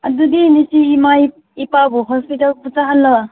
ꯑꯗꯨꯗꯤ ꯅꯨꯡꯇꯤ ꯏꯃꯥ ꯏꯄꯥꯕꯨ ꯍꯣꯁꯄꯤꯇꯥꯜ